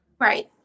Right